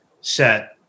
set